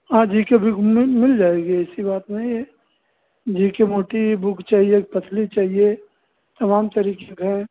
हाँ जी के भी मिल जाएगी ऐसी बात नहीं है जी के मोटी बुक चाहिए कि पतली चाहिए तमाम तरीक़े के हैं